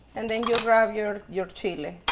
and then you'll grab your your chili.